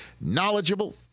knowledgeable